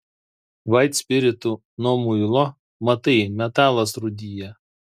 vaitspiritu nuo muilo matai metalas rūdija